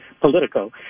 Politico